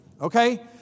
okay